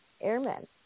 Airmen